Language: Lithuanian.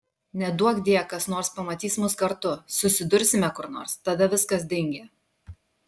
neduokdie kas nors pamatys mus kartu susidursime kur nors tada viskas dingę